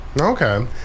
Okay